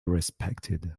respected